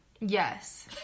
Yes